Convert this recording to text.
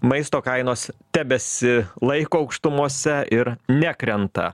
maisto kainos tebesilaiko aukštumose ir nekrenta